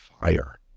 fire